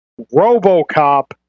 RoboCop